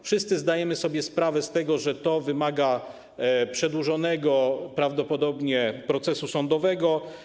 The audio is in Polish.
Wszyscy zdajemy sobie sprawę z tego, że to wymaga przedłużonego prawdopodobnie procesu sądowego.